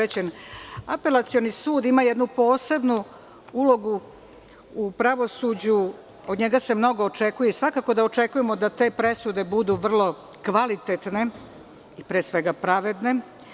Apelacioni sud ima jednu posebnu ulogu u pravosuđu, od njega se mnogo očekuje i svakako da očekujemo da te presude budu vrlo kvalitetne i pre svega pravedne.